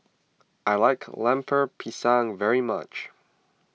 I like Lemper Pisang very much